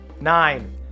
Nine